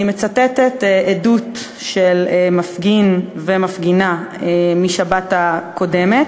אני מצטטת עדות של מפגין ומפגינה מהשבת הקודמת: